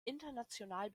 international